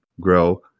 grow